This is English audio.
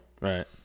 right